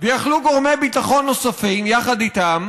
ויכלו גורמי ביטחון נוספים יחד איתם